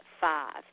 five